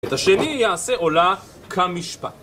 את השני יעשה עולה כמשפט